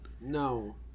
no